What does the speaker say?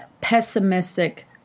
pessimistic